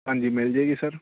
ਹਾਂਜੀ ਮਿਲ ਜਾਵੇਗੀ ਸਰ